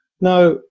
Now